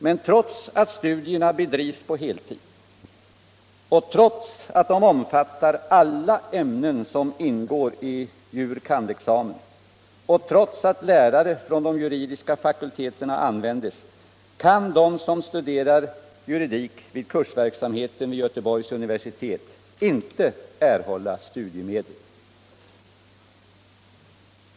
Men trots att studierna bedrivs på heltid och trots att de omfattar alla ämnen som finns i jur.kand.-examen och trots att lärare från de juridiska fakulteterna används kan de som studerar juridik vid Kursverksamheten vid Göteborgs universitet inte erhålla studiemedel.